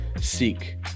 seek